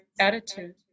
attitude